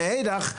מאידך,